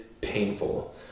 painful